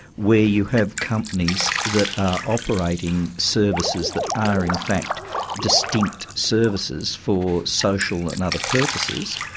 where you have companies that are operating services that are in fact distinct services for social and other purposes,